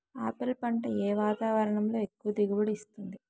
Apple పంట ఏ వాతావరణంలో ఎక్కువ దిగుబడి ఇస్తుంది?